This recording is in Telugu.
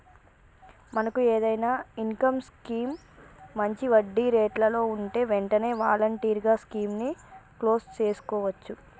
మనకు ఏదైనా ఇన్కమ్ స్కీం మంచి వడ్డీ రేట్లలో ఉంటే వెంటనే వాలంటరీగా స్కీమ్ ని క్లోజ్ సేసుకోవచ్చు